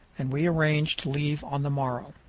and we arrange to leave on the morrow.